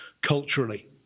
culturally